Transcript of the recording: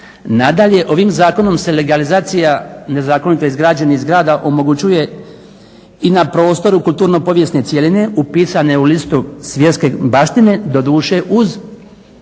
Nadalje, ovim zakonom se legalizacija nezakonito izgrađenih zgrada omogućuje i na prostoru kulturno-povijesne cjeline upisane u list svjetske baštine doduše uz